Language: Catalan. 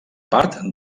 part